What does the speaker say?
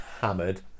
hammered